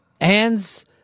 hands